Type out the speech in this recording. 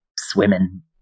swimming